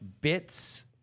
bits